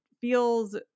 feels